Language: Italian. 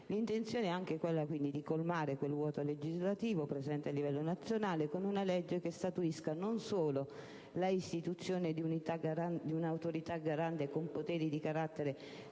L'intenzione è quindi anche quella di colmare il vuoto legislativo presente a livello nazionale con una legge che statuisca non solo l'istituzione di un'Autorità garante con poteri di carattere